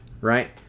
right